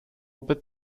gruppe